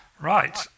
Right